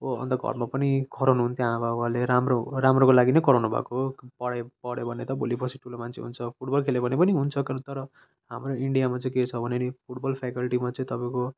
हो अन्त घरमा पनि कराउनु हुन्थ्यो आमाबाबाले राम्रो राम्रोको लागि नै कराउनुभएको पढाइ पढ्यो भने त भोलिपर्सि ठुलो मान्छे हुन्छ फुटबल खेल्यो भने पनि हुन्छ तर हाम्रो इन्डियामा चाहिँ के छ भने नि फुटबल फेकल्टीमा चाहिँ तपाईँको